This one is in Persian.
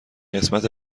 قسمت